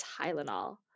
Tylenol